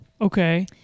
Okay